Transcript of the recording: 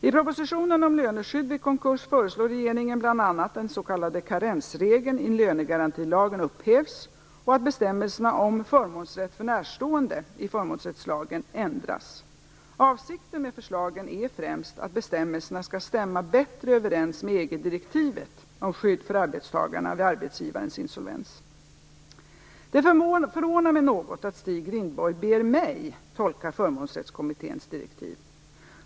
I propositionen om löneskyddet vid konkurs föreslår regeringen bl.a. att den s.k. karensregeln i lönegarantilagen upphävs och att bestämmelserna om förmånsrätt för närstående i förmånsrättslagen ändras. Avsikten med förslagen är främst att bestämmelserna skall stämma bättre överens med EG-direktivet om skydd för arbetstagarna vid arbetsgivarens insolvens. Det förvånar mig något att Stig Rindborg ber mig tolka Förmånsrättskommitténs direktiv.